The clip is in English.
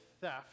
theft